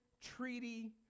treaty